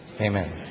Amen